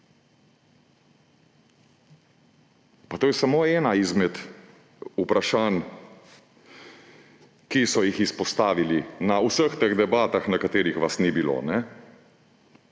Pa to je samo eno izmed vprašanj, ki so jih izpostavili v vseh teh debatah, na katerih vas ni bilo.